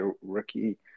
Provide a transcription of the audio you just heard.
rookie